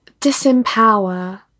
disempower